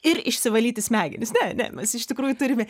ir išsivalyti smegenis ne ne mes iš tikrųjų turime